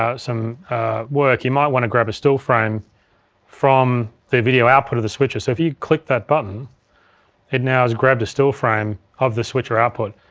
ah some work you might want to grab a still frame from the video output of the switcher. so if you click that button it now has grabbed a still frame of the switcher output.